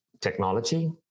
technology